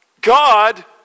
God